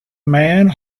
man